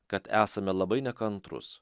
kad esame labai nekantrūs